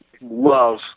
love